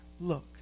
look